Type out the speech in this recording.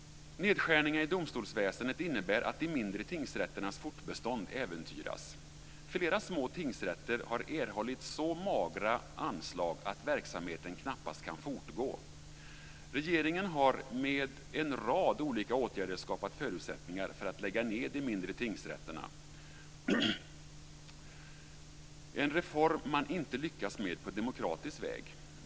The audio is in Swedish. Nedskärningar i domstolsväsendet innebär att de mindre tingsrätternas fortbestånd äventyras. Flera små tingsrätter har erhållit så magra anslag att verksamheten knappast kan fortgå. Regeringen har med en rad olika åtgärder skapat förutsättningar för att lägga ned de mindre tingsrätterna, en reform man inte lyckats med på demokratisk väg.